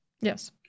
Yes